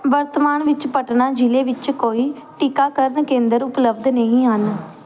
ਵਰਤਮਾਨ ਵਿੱਚ ਪਟਨਾ ਜ਼ਿਲ੍ਹੇ ਵਿੱਚ ਕੋਈ ਟੀਕਾਕਰਨ ਕੇਂਦਰ ਉਪਲਬਧ ਨਹੀਂ ਹਨ